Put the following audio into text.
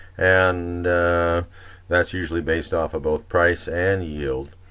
and that's usually based off of both price and yield,